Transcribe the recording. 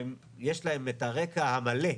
שיש להם את הרקע המלא,